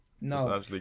No